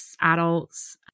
adults